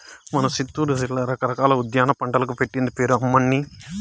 మన సిత్తూరు జిల్లా రకరకాల ఉద్యాన పంటలకు పెట్టింది పేరు అమ్మన్నీ